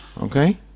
Okay